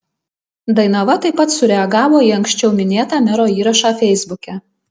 dainava taip pat sureagavo į anksčiau minėtą mero įrašą feisbuke